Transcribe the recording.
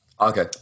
Okay